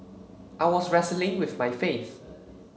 I was wrestling with my faith